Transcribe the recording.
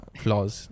flaws